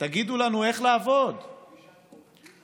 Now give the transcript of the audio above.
תגידו לנו איך לעבוד, כלום,